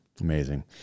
amazing